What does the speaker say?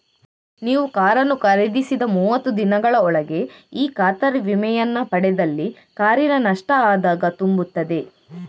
ನೀವು ಕಾರನ್ನು ಖರೀದಿಸಿದ ಮೂವತ್ತು ದಿನಗಳ ಒಳಗೆ ಈ ಖಾತರಿ ವಿಮೆಯನ್ನ ಪಡೆದಲ್ಲಿ ಕಾರಿನ ನಷ್ಟ ಆದಾಗ ತುಂಬುತ್ತದೆ